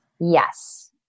Yes